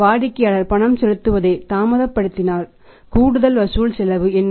வாடிக்கையாளர் பணம் செலுத்துவதை தாமதப்படுத்தினால் கூடுதல் வசூல் செலவு என்ன